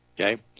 Okay